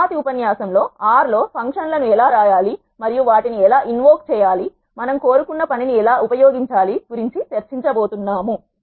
తరువాతి ఉపన్యాసంలో R R లో ఫంక్షన్ లను ఎలా వ్రాయాలి మరియు వాటిని ఎలా ఇన్వోక్ చేయాలి మనం కోరు కున్న పని ఎలా ఎలా ఉపయోగించాలి గురించి చర్చించబోతున్నాము